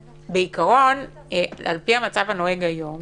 בעיקרון, על פי המצב הנוהג היום